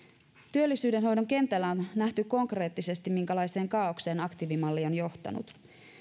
työllisyyden hoidon kentällä on nähty konkreettisesti minkälaiseen kaaokseen aktiivimalli on johtanut